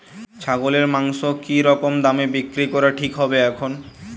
ছাগলের মাংস কী রকম দামে বিক্রি করা ঠিক হবে এখন?